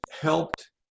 helped